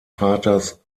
vaters